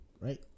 right